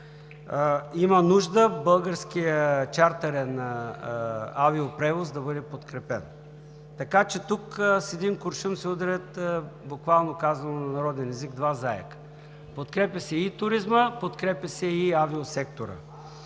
Има нужда българският чартърен авиопревоз да бъде подкрепен. Така че тук с един куршум се удрят, буквално казано на народен език, два заека – подкрепя се и туризмът, подкрепя се и авиосекторът.